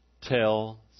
tell